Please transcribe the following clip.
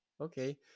okay